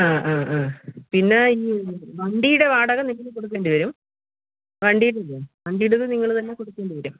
ആ ആ ആ പിന്നെ ഈ വണ്ടിയുടെ വാടക നിങ്ങള് കൊടുക്കേണ്ടി വരും വണ്ടിയുടേത് വണ്ടിയുടേത് നിങ്ങള് തന്നെ കൊടുക്കേണ്ടി വരും